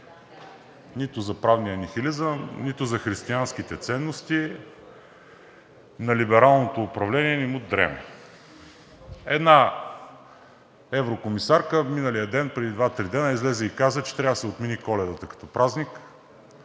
Нито за правния нихилизъм, нито за християнските ценности на либералното управление не му дреме. Една еврокомисарка миналия ден, преди два-три дни излезе и каза, че трябва да се отмени Коледата като празник.